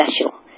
special